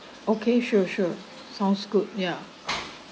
okay sure sure sounds good yeah